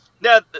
now